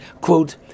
quote